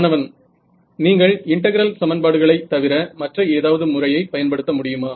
மாணவன் நீங்கள் இன்டகிரல் சமன்பாடுகளைத் தவிர மற்ற ஏதாவது முறையை பயன்படுத்த முடியுமா